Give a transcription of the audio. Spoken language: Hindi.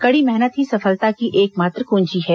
कड़ी मेहनत ही सफलता की एकमात्र कंजी है